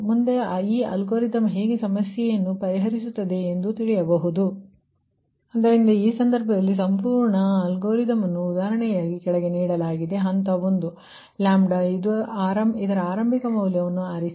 ಮುಂದೆ ಈ ಅಲ್ಗಾರಿದಮ್ ಹೇಗೆ ಈ ಸಮಸ್ಯೆಯನ್ನು ಪರಿಹರಿಸುತ್ತದೆ ಎಂದು ತಿಳಿಯಬಹುದು ಆದ್ದರಿಂದ ಈ ಸಂದರ್ಭದಲ್ಲಿ ಸಂಪೂರ್ಣ ಅಲ್ಗಾರಿದಮ್ ನ್ನು ಉದಾಹರಣೆಗಾಗಿ ಕೆಳಗೆ ನೀಡಲಾಗಿದೆ ಹಂತ 1 ಇದರ ಆರಂಭಿಕ ಮೌಲ್ಯವನ್ನು ಆರಿಸಿ